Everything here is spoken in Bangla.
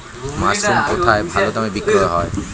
মাসরুম কেথায় ভালোদামে বিক্রয় হয়?